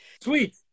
sweet